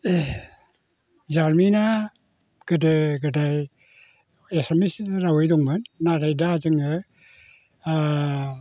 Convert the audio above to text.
जारिमिना गोदो गोदाय एसामिस रावै दंमोन नाथाय दा जोङो